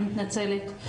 אני מתנצלת.